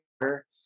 water